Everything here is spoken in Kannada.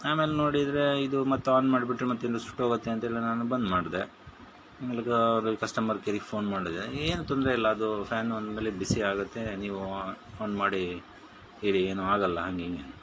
ನಾನು ಅಲ್ಲಿ ನೋಡಿದರೆ ಇದು ಮತ್ತೆ ಆನ್ ಮಾಡಿಬಿಟ್ಟು ಮತ್ತೆ ಏನಾರೂ ಸುಟ್ಟು ಹೋಗುತ್ತೆ ಅಂತ ಹೇಳಿ ನಾನು ಬಂದ್ ಮಾಡಿದೆ ಅವ್ರು ಕಸ್ಟಮ್ಮರ್ ಕೇರಿಗೆ ಫೋನ್ ಮಾಡಿದೆ ಏನೂ ತೊಂದರೆ ಇಲ್ಲ ಅದು ಫ್ಯಾನು ಅಂದ ಮೇಲೆ ಬಿಸಿಯಾಗುತ್ತೆ ನೀವು ಆನ್ ಮಾಡಿ ಇಡಿ ಏನೂ ಆಗೋಲ್ಲ ಹಾಗೆ ಹೀಗೆ ಅಂದ